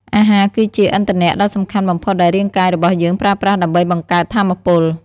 អាហារគឺជា ឥន្ធនៈ ដ៏សំខាន់បំផុតដែលរាងកាយរបស់យើងប្រើប្រាស់ដើម្បីបង្កើត ថាមពល។